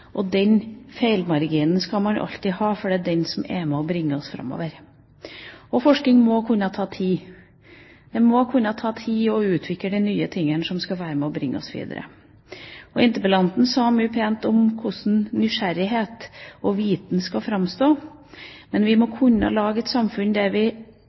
Den feilmarginen skal man alltid ha, for det er den som er med på å bringe oss framover. Forskning må kunne ta tid – det må kunne ta tid å utvikle de nye tingene som skal være med på å bringe oss videre. Interpellanten sa mye pent om hvordan nysgjerrighet og viten skal framstå, men vi må kunne ha et samfunn der vi